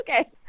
okay